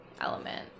element